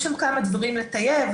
יש שם כמה דברים לטייב,